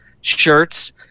shirts